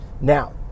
Now